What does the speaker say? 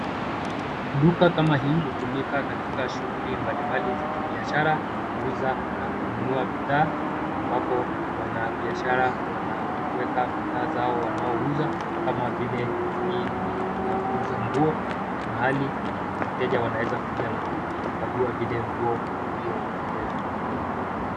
Duka kama hii utumika katika shughuli mbalimbali za kibiashara, kuuza na kununua bidhaa ambapo wanabiashara wanaweka bidhaa zao wanaouza kama vile hii ni ya kuuza nguo mahali wateja wanaeza kuja na kuvikagua vile nguo viliowapendeza.